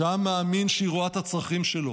שהעם מאמין שהיא רואה את הצרכים שלו,